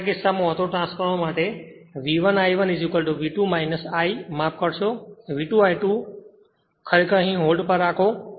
તેથી આ કિસ્સામાં ઓટોટ્રાન્સફોર્મર માટે V1 I1 V2 I માફ કરશો V2 I2 ખરેખર અહીં હોલ્ડ પર રાખો